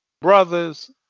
brothers